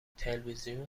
تلویزیون